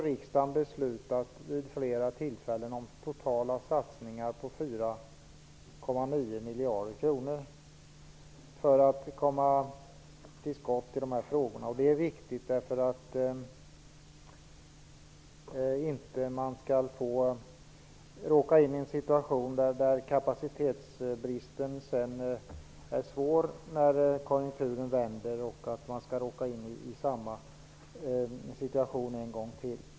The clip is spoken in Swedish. Riksdagen har vid flera tillfällen beslutat om totala satsningar på ROT-verksamheten på 4,9 miljarder kronor. Det är viktigt för att vi inte skall hamna i en situation där kapacitetsbristen blir svår när konjunkturen vänder.